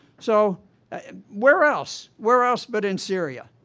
so and where else? where else, but in syria?